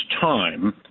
time